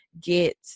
get